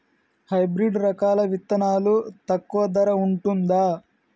Hybrid రకాల విత్తనాలు తక్కువ ధర ఉంటుందా?